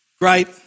Great